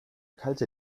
kalte